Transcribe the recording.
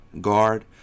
guard